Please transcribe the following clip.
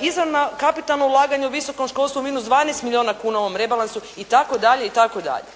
izravna kapitalna ulaganja u visokom školstvu minus 12 milijuna kuna u ovom rebalansu itd., itd.